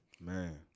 man